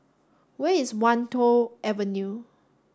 where is Wan Tho Avenue